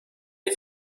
die